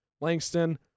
Langston